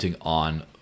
on